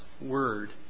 Word